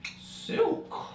Silk